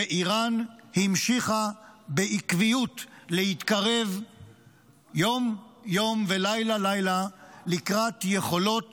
ואיראן המשיכה בעקביות להתקרב יום-יום ולילה-לילה לקראת יכולות